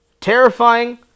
terrifying